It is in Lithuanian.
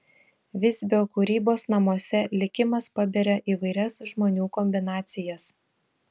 visbio kūrybos namuose likimas paberia įvairias žmonių kombinacijas